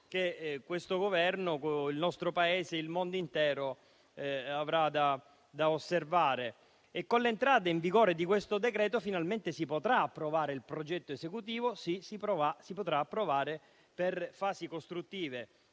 che questo Governo, il nostro Paese e il mondo intero avranno da osservare. Grazie all'entrata in vigore di questo decreto-legge finalmente si potrà approvare il progetto esecutivo e si potrà approvare per fasi costruttive,